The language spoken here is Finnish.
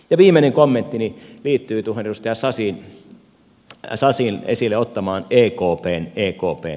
viimeinen kommenttini liittyy tuohon edustaja sasin esille ottamaan ekpn rooliin